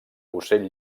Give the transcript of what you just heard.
ocell